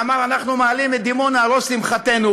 ואמר: אנחנו מעלים את דימונה על ראש שמחתנו,